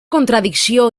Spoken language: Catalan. contradicció